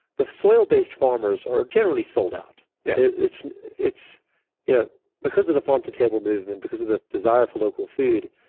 the soil-based farmers are generally sold out. it's it's you know because of the farm to table movement, because of the desire for local food,